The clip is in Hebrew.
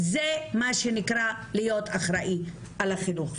זה מה שנקרא להיות אחראי על החינוך.